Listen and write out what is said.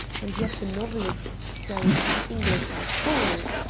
and yet the novelists say that the english are cold!